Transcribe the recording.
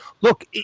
look